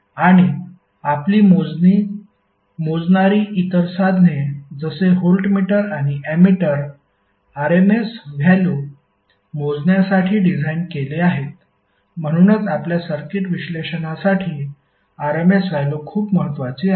आणि आपली मोजणारी इतर साधने जसे व्होल्टमीटर आणि अँमिटर RMS व्हॅल्यु मोजण्यासाठी डिझाइन केले आहेत म्हणूनच आपल्या सर्किट विश्लेषणासाठी RMS व्हॅल्यु खूप महत्वाची आहे